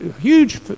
huge